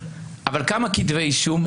אבל כמה כתבי אישום?